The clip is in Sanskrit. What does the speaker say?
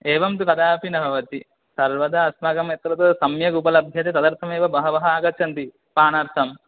एवं तु कदापि न भवति सर्वदा अस्माकमत्र तु सम्यक् उपलभ्यते तदर्थमेव बहवः आगच्छन्ति पानार्थं